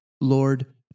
Lord